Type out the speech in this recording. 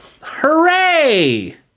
Hooray